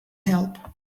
help